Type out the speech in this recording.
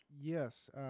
Yes